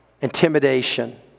intimidation